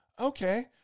Okay